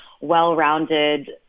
well-rounded